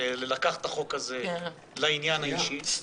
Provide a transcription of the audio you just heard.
לקח את החוק הזה לעניין האישי.